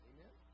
Amen